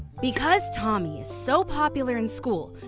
because tommy's so popular in school,